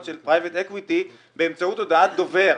של פרייבט אקוויטי באמצעות הודעת דובר.